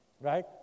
right